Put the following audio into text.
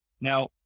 Now